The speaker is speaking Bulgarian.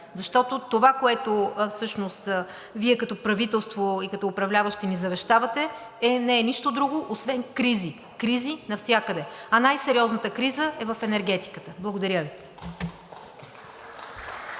Защото това, което всъщност Вие като правителство и като управляващи ни завещавате, не е нищо друго освен кризи, кризи навсякъде, а най сериозната криза е в енергетиката. Благодаря Ви.